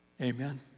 Amen